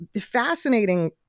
Fascinating